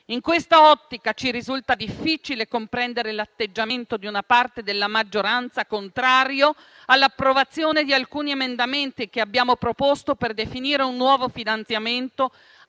In questa ottica, ci risulta difficile comprendere l'atteggiamento di una parte della maggioranza, contrario all'approvazione di alcuni emendamenti che abbiamo proposto per definire un nuovo finanziamento